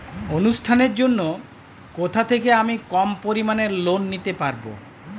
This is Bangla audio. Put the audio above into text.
অনুষ্ঠানের জন্য কোথা থেকে আমি কম পরিমাণের লোন নিতে পারব?